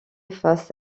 face